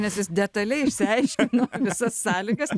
nes jis detaliai išsiaiškino visas sąlygas